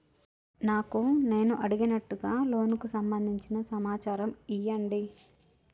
నాకు నేను అడిగినట్టుగా లోనుకు సంబందించిన సమాచారం ఇయ్యండి?